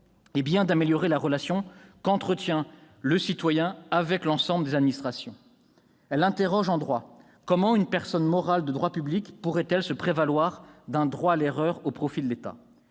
est bien d'améliorer la relation qu'entretient le citoyen avec l'ensemble des administrations. Cette extension interroge en droit : comment une personne morale de droit public pourrait-elle se prévaloir d'un droit à l'erreur au profit de l'État